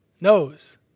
knows